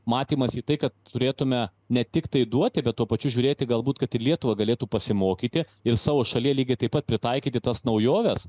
matymas į tai kad turėtume ne tiktai duoti bet tuo pačiu žiūrėti galbūt kad ir lietuva galėtų pasimokyti ir savo šalyje lygiai taip pat pritaikyti tas naujoves